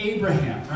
Abraham